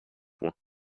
points